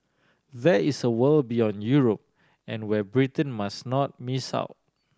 there is a world beyond Europe and where Britain must not miss out